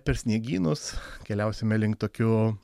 per sniegynus keliausime link tokių